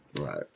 Right